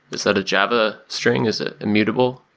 is that a java string? is that immutable?